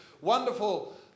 wonderful